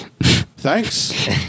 Thanks